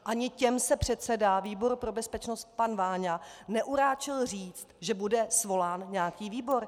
Ani těm se předseda výboru pro bezpečnosti pan Váňa neuráčil říct, že bude svolán nějaký výbor.